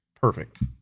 perfect